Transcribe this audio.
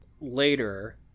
later